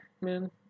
man